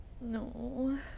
no